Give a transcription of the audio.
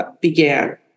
began